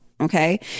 Okay